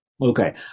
Okay